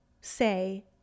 say